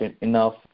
enough